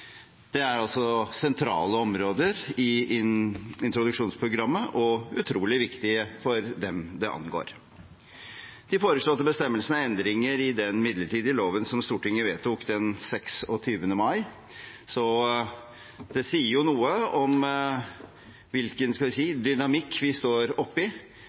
Det er sentrale områder i introduksjonsprogrammet og utrolig viktig for dem det angår. De foreslåtte bestemmelsene er endringer i den midlertidige loven som Stortinget vedtok den 26. mai. Det sier noe om hvilken dynamikk vi står oppi,